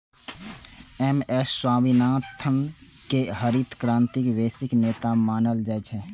M S Swaminathan कें हरित क्रांतिक वैश्विक नेता मानल जाइ छै